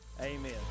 amen